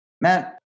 man